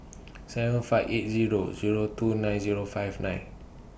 seven five eight Zero Zero two nine Zero five nine